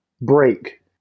break